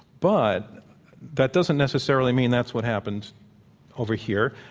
but that doesn't necessarily mean that's what happened over here.